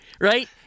right